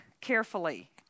carefully